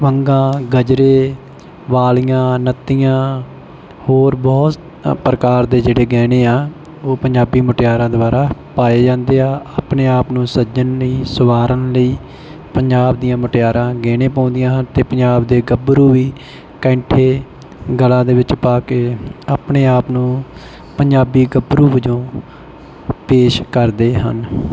ਵੰਗਾਂ ਗਜਰੇ ਵਾਲੀਆਂ ਨੱਤੀਆਂ ਹੋਰ ਬਹੁਤ ਪ੍ਰਕਾਰ ਦੇ ਜਿਹੜੇ ਗਹਿਣੇ ਆ ਉਹ ਪੰਜਾਬੀ ਮੁਟਿਆਰਾਂ ਦੁਆਰਾ ਪਾਏ ਜਾਂਦੇ ਆ ਆਪਣੇ ਆਪ ਨੂੰ ਸਜਣ ਲਈ ਸੁਆਰਨ ਲਈ ਪੰਜਾਬ ਦੀਆਂ ਮੁਟਿਆਰਾਂ ਗਹਿਣੇ ਪਾਉਂਦੀਆਂ ਹਨ ਅਤੇ ਪੰਜਾਬ ਦੇ ਗੱਭਰੂ ਵੀ ਕੈਂਠੇ ਗਲਾਂ ਦੇ ਵਿੱਚ ਪਾ ਕੇ ਆਪਣੇ ਆਪ ਨੂੰ ਪੰਜਾਬੀ ਗੱਭਰੂ ਵਜੋਂ ਪੇਸ਼ ਕਰਦੇ ਹਨ